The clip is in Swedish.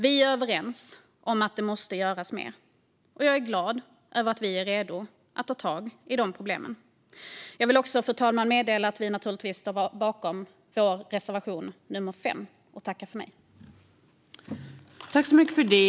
Vi är överens om att det måste göras mer, och jag är glad att vi är redo att ta tag i problemen. Jag vill också, fru talman, meddela att vi naturligtvis står bakom vår reservation 5, och därmed yrkar jag bifall till den reservationen.